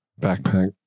backpack